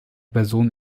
personen